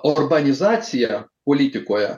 orbanizacija politikoje